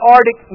Arctic